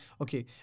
okay